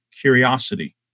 curiosity